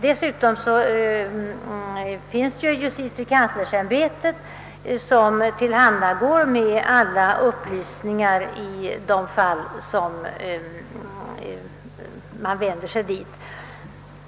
Dessutom tillhandagår justitiekanslersämbetet med alla upplysningar i de fall då man vänder sig dit.